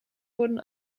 wurden